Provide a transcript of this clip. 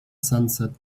sunset